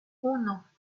uno